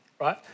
right